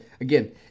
again